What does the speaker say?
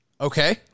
Okay